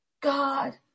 God